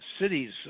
cities